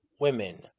women